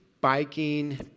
biking